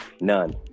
none